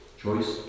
choice